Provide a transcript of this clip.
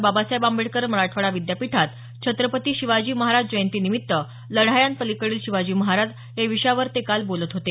बाबासाहेब आंबेडकर मराठवाडा विद्यापीठात छत्रपती शिवाजी महाराज जयंती निमित्त लढायांपलिकडील शिवाजी महाराज या विषयावर ते काल बोलत होते